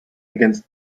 against